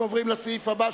אנחנו עוברים לסעיף הבא,